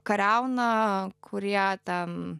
kariauną kurią ten